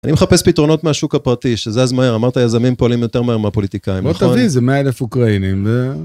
אני מחפש פתרונות מהשוק הפרטי, שזז מהר, אמרת יזמים פועלים יותר מהר מהפוליטיקאים, נכון? בוא תביא איזה מאה אלף אוקראינים.